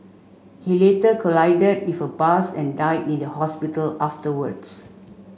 he later collided with a bus and died in the hospital afterwards